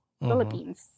Philippines